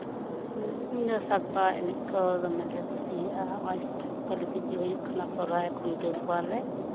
ᱦᱮᱸ ᱤᱧ ᱫᱚ ᱥᱟᱲᱯᱟ ᱮᱱᱮᱡ ᱫᱚ ᱫᱚᱢᱮᱞᱮ ᱠᱩᱥᱤᱭᱟᱜᱼᱟ ᱱᱚᱜᱼᱚᱭ ᱠᱟᱹᱞᱤ ᱯᱩᱡᱟᱹ ᱥᱚᱦᱨᱟᱭ ᱠᱷᱩᱱᱴᱟᱹᱣ ᱠᱚᱣᱟᱞᱮ